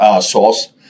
sauce